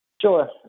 Sure